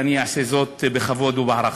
ואני אעשה זאת בכבוד ובהערכה.